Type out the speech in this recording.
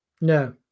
No